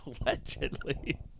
Allegedly